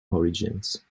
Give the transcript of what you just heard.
origins